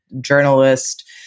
journalist